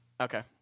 okay